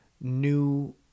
new